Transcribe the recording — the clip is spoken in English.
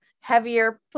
heavier